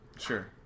Sure